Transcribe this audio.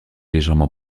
légèrement